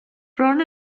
bron